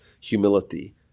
humility